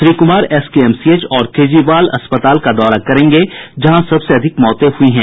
Shri Kumar SKMCH और केजरीवाल अस्पताल का दौरा करेंगे जहां सबसे अधिक मौतें हुई हैं